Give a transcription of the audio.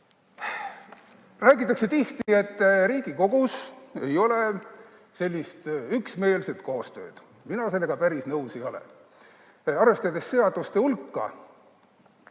Räägitakse tihti, et Riigikogus ei ole üksmeelset koostööd. Mina sellega päris nõus ei ole. Arvestades seaduste hulka,